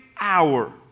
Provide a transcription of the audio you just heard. hour